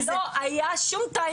לא היה שום טיימר.